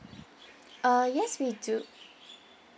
uh yes we do